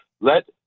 Let